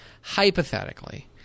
hypothetically